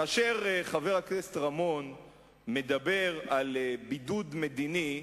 כאשר חבר הכנסת רמון מדבר על בידוד מדיני,